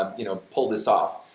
um you know, pull this off.